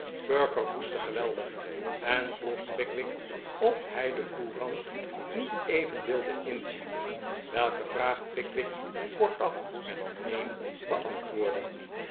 perker hoestte geweldig en vroeg pickwick of hij de courant niet even wilde inzien welke vraag pickwick kortaf met neen beantwoordde